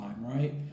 right